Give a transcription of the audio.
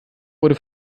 wurde